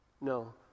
No